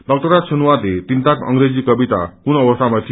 भक्तराज सुनवारले तिनताक अंग्रेजी कविता कुन अवस्थामा थियो